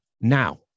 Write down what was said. Now